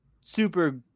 super